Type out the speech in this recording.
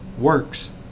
works